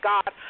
God